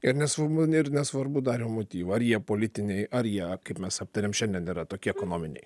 ir ne ir nesvarbu dariau motyvą ar jie politiniai ar jie kaip mes aptarėm šiandien yra tokie ekonominiai